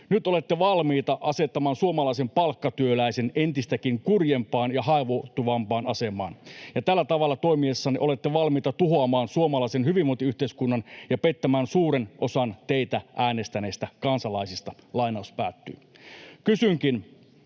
Nyt olette valmiita asettamaan suomalaisen palkkatyöläisen entistäkin kurjempaan ja haavoittuvampaan asemaan. Ja tällä tavalla toimiessanne olette valmiita tuhoamaan suomalaisen hyvinvointiyhteiskunnan ja pettämään suuren osan teitä äänestäneistä kansalaisista.” Kysynkin: